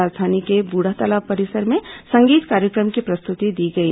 राजधानी के बुढ़ातालाब परिसर में संगीत कार्यक्रम की प्रस्तुति दी गई